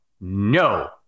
No